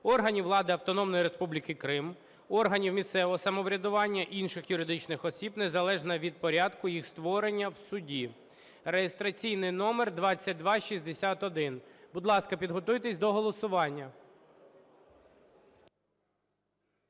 органів влади Автономної Республіки Крим, органів місцевого самоврядування, інших юридичних осіб незалежно від порядку їх створення в суді (реєстраційний номер 2261). Будь ласка, підготуйтесь до голосування.